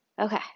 Okay